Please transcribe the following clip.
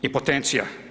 Impotencija.